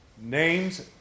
Names